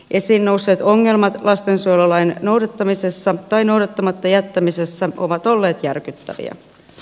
esiin nousseet ongelmat lastensuojelulain noudattamisessa tai noudattamatta jättämisessä ovat olleet järkyttäviä